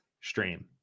stream